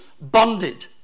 Bonded